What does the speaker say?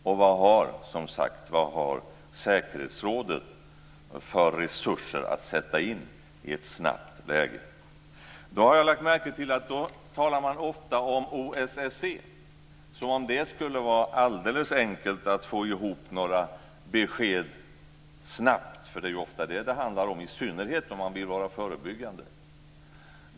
Och, som sagt, vad har säkerhetsrådet för resurser att sätta in i ett akut läge? Jag har lagt märke till att man då ofta talar om OSSE, som om det skulle vara alldeles enkelt att få ihop några besked snabbt, för det är ofta det som det handlar om, i synnerhet om man vill arbeta förebyggande.